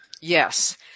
Yes